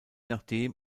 nachdem